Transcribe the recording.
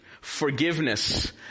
forgiveness